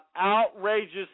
outrageous